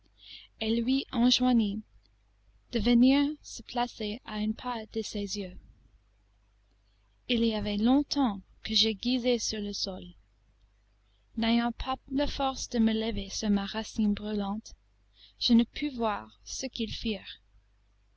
et lui enjoignit de venir se placer à un pas de ses yeux il y avait longtemps que je gisais sur le sol n'ayant pas la force de me lever sur ma racine brûlante je ne pus voir ce qu'ils firent